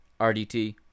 rdt